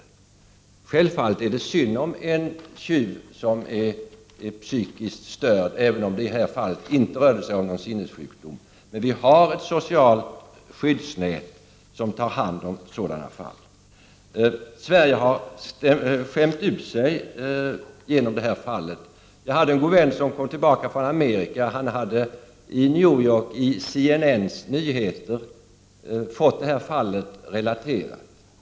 Det är självfallet synd om en tjuv som är psykiskt störd, även om det i det här fallet inte rörde sig om någon sinnessjukdom. Men vi har ett socialt skyddsnät som tar hand om sådana fall. Sverige har skämt ut sig genom det här fallet. Jag har en god vän som kom tillbaka från Amerika, och han hade i New York i CNN:s nyheter fått det här fallet relaterat.